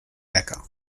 beca